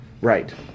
Right